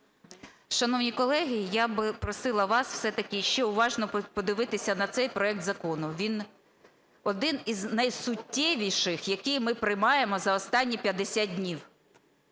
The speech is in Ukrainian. Шановні колеги! Я би просила вас все-таки ще уважно подивитися на цей проект закону. Він один із найсуттєвіших, які ми приймаємо за останні 50 днів.